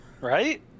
Right